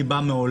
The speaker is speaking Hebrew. אני בא מעולם